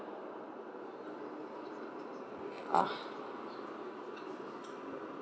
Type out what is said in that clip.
oh